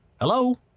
Hello